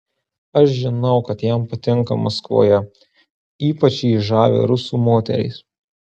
aš žinau kad jam patinka maskvoje ypač jį žavi rusų moterys